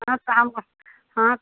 हाँ शाम को हाँ